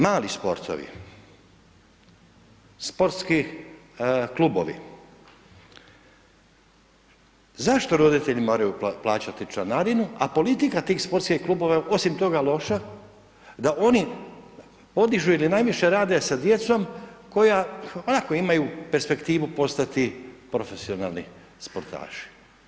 Mali sportovi, sportski klubovi, zašto roditelji moraju plaćati članarinu, a politika tih sportskih klubova je osim toga loša, da oni podižu ili najviše rade sa djecom koja onako imaju perspektivu postati profesionalni sportaši.